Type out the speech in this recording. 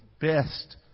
best